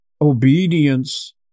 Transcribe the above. obedience